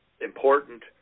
important